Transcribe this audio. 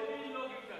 איזה מין לוגיקה